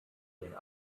den